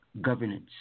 governance